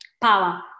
power